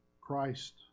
Christ